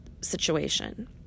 situation